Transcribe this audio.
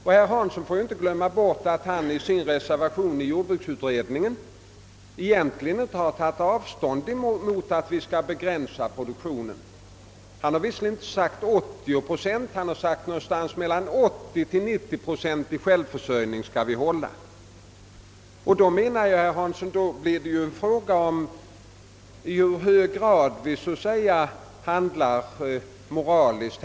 Herr Hansson får inte glömma bort att han i sin reservation i =: jordbruksutredningen egentligen inte tagit avstånd från att vi skall begränsa produktionen; han har visserligen inte talat om 80 procent, men han har sagt att vi skall ha mellan 80 och 90 procents självförsörjning. Då blir det hela en fråga om i hur hög grad vi handlar moraliskt.